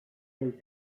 del